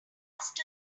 cast